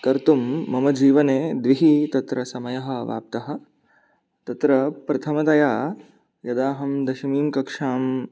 कर्तुं मम जीवने द्विः तत्र समयः अवाप्तः तत्र प्रथमतया यदा अहं दशमीं कक्षां